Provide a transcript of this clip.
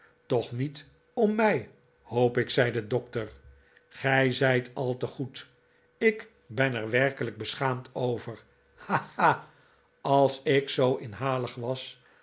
toch niet ora mij hoop ik zei de dokter gij zijt al te goed ik ben er werkelijk beschaamd over ha ha als ik zoo inhalig was